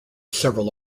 several